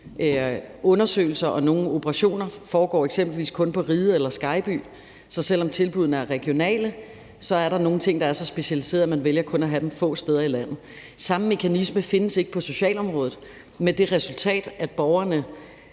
undersøgelser og nogle operationer eksempelvis kun foregår på Riget eller på Skejby. Så selv om tilbuddene er regionale, er der nogle ting, der er så specialiserede, at man vælger kun at have dem få steder i landet. Samme mekanisme findes ikke på socialområdet med det resultat, at borgerne